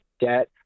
debt